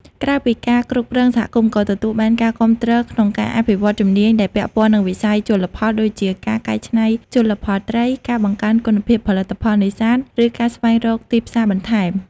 ក្រៅពីការគ្រប់គ្រងសហគមន៍ក៏ទទួលបានការគាំទ្រក្នុងការអភិវឌ្ឍជំនាញដែលពាក់ព័ន្ធនឹងវិស័យជលផលដូចជា ការកែច្នៃជលផលត្រី ការបង្កើនគុណភាពផលិតផលនេសាទ ឬការស្វែងរកទីផ្សារបន្ថែម។